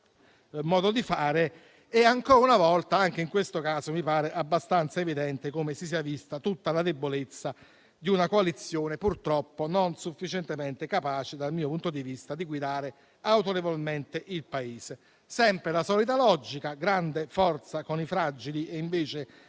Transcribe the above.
modo di fare. Ancora una volta, anche in questo caso mi pare abbastanza evidente come si sia vista tutta la debolezza di una coalizione purtroppo non sufficientemente capace, dal mio punto di vista, di guidare autorevolmente il Paese. Sempre la solita logica: grande forza con i fragili e invece